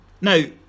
Now